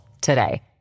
today